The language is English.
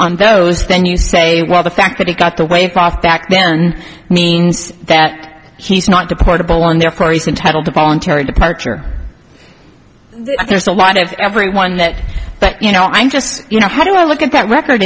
on those then you say well the fact that he got the way far back then means that he's not deportable and therefore he's entitled to voluntary departure there's a lot of everyone that but you know i'm just you know how do i look at that record